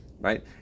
Right